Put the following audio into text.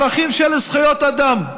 ערכים של זכויות אדם,